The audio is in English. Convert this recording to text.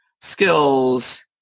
skills